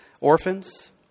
Orphans